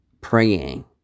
praying